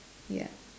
ya